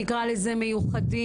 נקרא לזה מיוחדים.